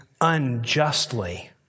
unjustly